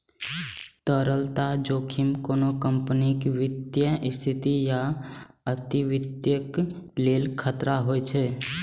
तरलता जोखिम कोनो कंपनीक वित्तीय स्थिति या अस्तित्वक लेल खतरा होइ छै